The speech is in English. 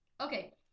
Okay